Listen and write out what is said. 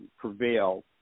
prevail